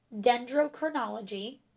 dendrochronology